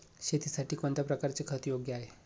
शेतीसाठी कोणत्या प्रकारचे खत योग्य आहे?